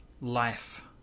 life